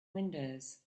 windows